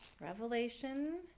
revelation